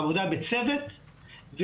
עבודה בצוות,